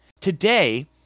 Today